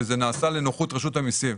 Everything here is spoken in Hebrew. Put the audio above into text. כאילו זה נעשה לנוחות רשות המסים.